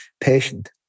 patient